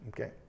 Okay